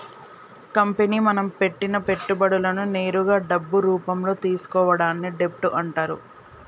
company మనం పెట్టిన పెట్టుబడులను నేరుగా డబ్బు రూపంలో తీసుకోవడాన్ని డెబ్ట్ అంటరు